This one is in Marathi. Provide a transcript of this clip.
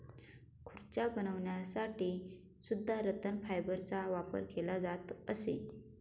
खुर्च्या बनवण्यासाठी सुद्धा रतन फायबरचा वापर केला जात असे